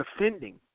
defending